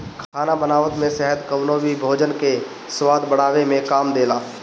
खाना बनावत में शहद कवनो भी भोजन के स्वाद बढ़ावे में काम देला